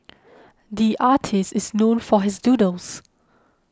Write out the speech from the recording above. the artist is known for his doodles